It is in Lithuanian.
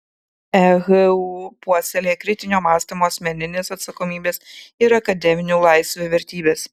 ehu puoselėja kritinio mąstymo asmeninės atsakomybės ir akademinių laisvių vertybes